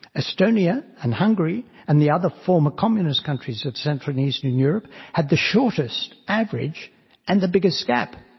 estonia and hungary, and the other former communist countries of central and eastern europe, had the shortest average and the biggest gap.